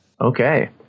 Okay